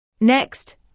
Next